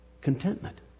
contentment